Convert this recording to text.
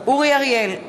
אורי אריאל,